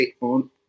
on